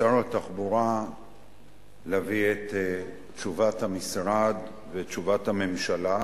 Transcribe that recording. שר התחבורה להביא את תשובת המשרד ואת תשובת הממשלה,